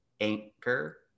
anchor